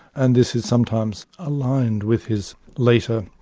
and this is sometimes aligned with his later,